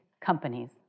companies